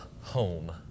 home